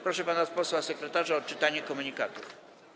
Proszę pana posła sekretarza o odczytanie komunikatów.